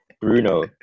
Bruno